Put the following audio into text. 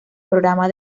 programa